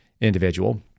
individual